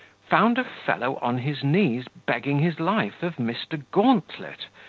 found a fellow on his knees begging his life of mr. gauntlet,